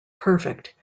perfect